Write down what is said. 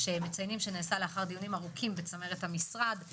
מציינים שנעשה לאחר דיונים ארוכים בצמרת המשרד,